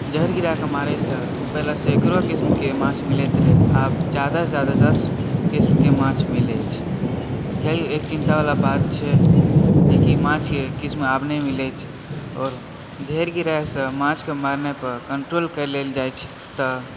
ज़हर गिरैके मारय सॅं पहिले सैकड़ो क़िस्म के माछ मिलैत रहय आब जादा से जादा दस क़िस्म के माछ मिलैत अछि कियाकि ई चिंता वला बात छै जेकि माछ के क़िस्म आब नहि मिलैत अछि आओर जहर गिराके माछ के मारय पर कंट्रोल कए लेल जाइत अछि तऽ